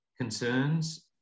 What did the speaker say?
concerns